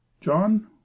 John